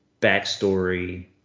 backstory